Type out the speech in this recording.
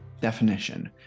definition